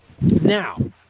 Now